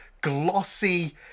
glossy